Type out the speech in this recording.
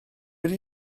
ydy